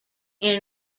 good